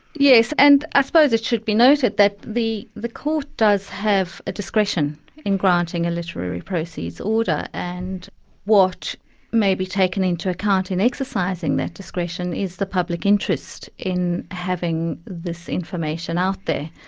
yes, and i suppose it should be noted that the the court does have a discretion in granting a literary proceeds order, and what may be taken into account in exercising that discretion is the public interest in having this information out there,